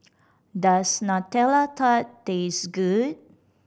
does Nutella Tart taste good